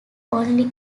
only